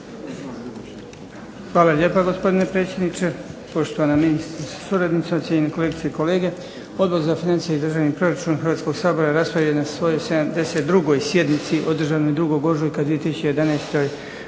Hvala lijepa gospodine predsjedniče, poštovana ministrice sa suradnicima, cijenjeni kolegice i kolege. Odbor za financije i državni proračun Hrvatskog sabora raspravio je na svojoj 72. sjednici održanoj 2. ožujka 2011. godine